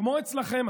כמו אצלכם,